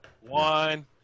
One